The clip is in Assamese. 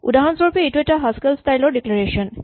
উদাহৰণস্বৰূপে এইটো এটা হাচকেল স্টাইল ৰ ডিক্লেৰেচন